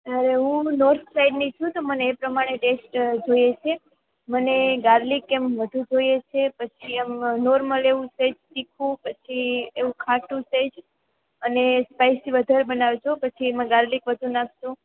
હું નોર્થ સાઇડની છું તો મને એ પ્રમાણે ટેસ્ટ જોઈએ છે મને ગાર્લિક એમ વધુ જોઈએ છે પછી આમ નોર્મલ એવું સહેજ તીખું પછી એવું ખાટું સહેજ અને સ્પાઈસી વધારે બનાવજો પછી એમાં ગાર્લિક વધુ નાખજો